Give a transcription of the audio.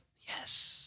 Yes